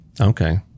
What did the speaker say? Okay